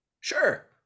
Sure